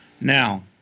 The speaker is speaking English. Now